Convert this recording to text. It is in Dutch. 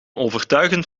overtuigend